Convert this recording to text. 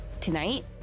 tonight